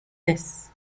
this